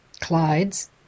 Clyde's